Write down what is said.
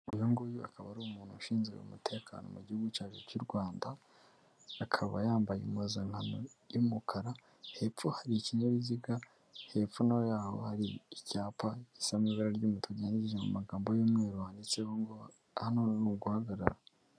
Uyu nguyu akaba ari umuntu ushinzwe umutekano mu gihugu cyacu cy'u Rwanda, akaba yambaye impuzankano y'umukara, hepfo hari ikinyabiziga, hepfo naho yaho hari icyapa gisa n'ibara ry'umutuku mu magambo y'umweru wanditseho ngo ahan ni uguhagarara.